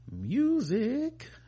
music